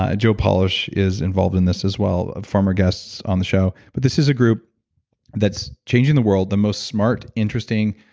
ah joe polish is involved in this as well, a former guest on the show. but this is a group that's changing the world the most smart, interesting,